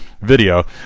video